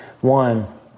One